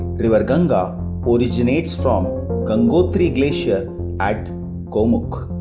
river ganga originates from gangotri glaciers at gomukh.